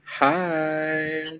Hi